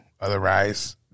Otherwise